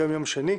היום יום שני,